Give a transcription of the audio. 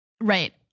right